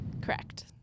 Correct